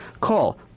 Call